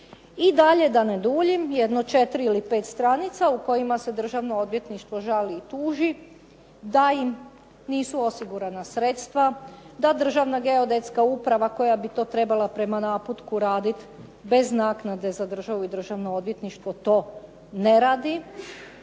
I dalje da ne duljim, jedno 4 ili 5 stranica u kojima se Državno odvjetništvo žali i tuži da im nisu osigurana sredstva, da Državna geodetska uprava koja bi to trebala prema naputku to raditi bez naknade za državu i Državno odvjetništvo to ne radi